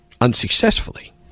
unsuccessfully